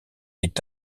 est